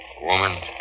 Woman